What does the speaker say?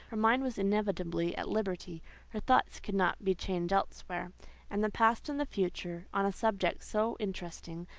her mind was inevitably at liberty her thoughts could not be chained elsewhere and the past and the future, on a subject so interesting,